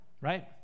right